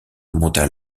remontent